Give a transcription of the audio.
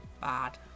bad